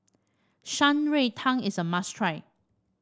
Shan Rui Tang is a must try